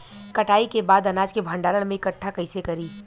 कटाई के बाद अनाज के भंडारण में इकठ्ठा कइसे करी?